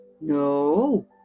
No